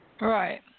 Right